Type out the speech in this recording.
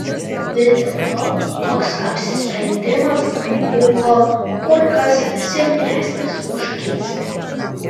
vis dėlto toks apsisprendimas buvo kur kas silpnesnis už geismą